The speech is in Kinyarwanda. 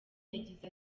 yagize